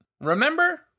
Remember